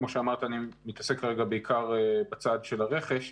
כמו שאמרת, אני מתעסק כרגע בעיקר בצד של הרכש.